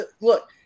look